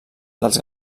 dels